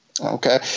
Okay